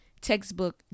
textbook